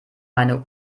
meine